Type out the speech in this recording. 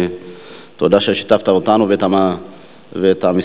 תודה ששיתפת אותנו ואת עם ישראל.